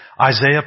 Isaiah